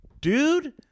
dude